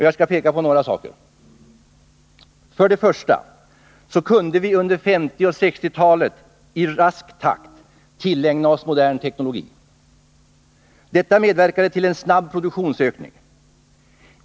Jag skall peka på några saker. Nr 54 För det första kunde vi under 1950 och 1960-talen i rask takt tillägna oss en modern teknologi. Detta medverkade till en snabb produktionsökning.